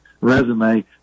resume